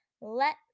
Let